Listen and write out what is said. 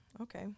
Okay